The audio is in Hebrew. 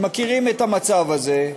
מכירים את המצב הזה: